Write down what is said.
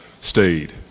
stayed